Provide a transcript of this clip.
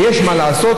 ויש מה לעשות.